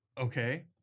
Okay